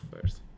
first